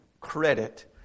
credit